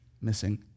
Missing